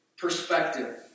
Perspective